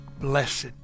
Blessed